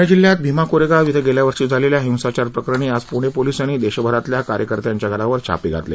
प्णे जिल्ह्यात भीमा कोरेगांव इथं गेल्या वर्षी झालेल्या हिंसाचार प्रकरणी आज पुणे पोलिसांनी देशभरातल्या कार्यकर्त्यांच्या घरावर छापे घातले